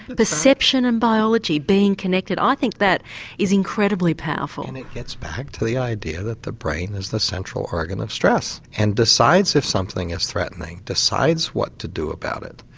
perception and biology being connected i think that is incredibly powerful. and it gets back to the idea that the brain is the central organ of stress and decides if something is threatening, decides what to do about it.